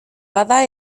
bada